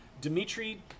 Dimitri